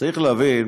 צריך להבין: